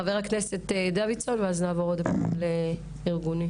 חה"כ דוידסון, בבקשה.